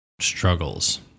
struggles